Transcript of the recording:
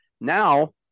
now